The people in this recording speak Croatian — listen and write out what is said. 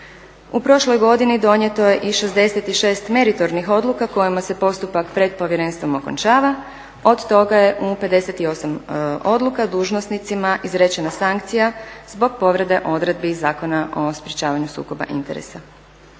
U prošloj godini donijeto je i 66 meritornih odluka kojima se postupak pred povjerenstvom okončava. Od toga je u 58 odluka dužnosnicima izrečena sankcija zbog povrede odredbi Zakona o sprečavanju sukoba interesa.